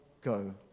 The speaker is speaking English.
go